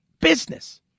Business